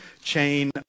chain